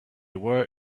were